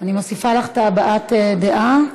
אני מוסיפה לך את הבעת הדעה.